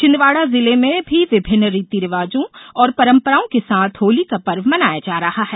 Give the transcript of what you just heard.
छिंदवाड़ा जिले में भी विभिन्न रीति रिवाजों और परम्पराओं के साथ होली का पर्व मनाया जा रहा है